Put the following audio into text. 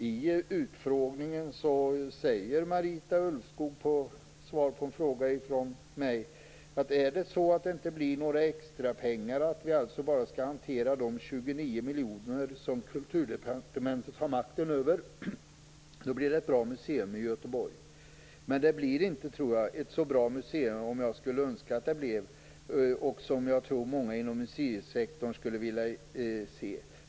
I utfrågningen säger Marita Ulvskog som svar på en fråga från mig: "Är det så att det inte blir några extrapengar, att vi alltså bara skall hantera de 29 miljoner som Kulturdepartementet har makten över, då blir det ett bra museum i Göteborg. Men det blir inte, tror jag, ett så bra museum som jag skulle önska att det blev, och som jag tror att många inom museisektorn skulle vilja se.